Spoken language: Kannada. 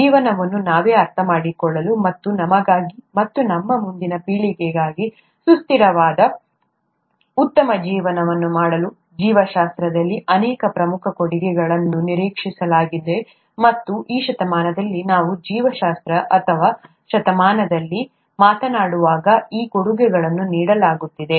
ಜೀವನವನ್ನು ನಾವೇ ಅರ್ಥಮಾಡಿಕೊಳ್ಳಲು ಮತ್ತು ನಮಗಾಗಿ ಮತ್ತು ನಮ್ಮ ಮುಂದಿನ ಪೀಳಿಗೆಗೆ ಸುಸ್ಥಿರವಾದ ಉತ್ತಮ ಜೀವನವನ್ನು ಮಾಡಲು ಜೀವಶಾಸ್ತ್ರದಲ್ಲಿ ಅನೇಕ ಪ್ರಮುಖ ಕೊಡುಗೆಗಳನ್ನು ನಿರೀಕ್ಷಿಸಲಾಗಿದೆ ಮತ್ತು ಈ ಶತಮಾನದಲ್ಲಿ ನಾವು ಜೀವಶಾಸ್ತ್ರ ಅಥವಾ ಶತಮಾನದಲ್ಲಿ ಮಾತನಾಡುವಾಗ ಆ ಕೊಡುಗೆಗಳನ್ನು ನೀಡಲಾಗುತ್ತಿದೆ